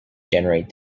generate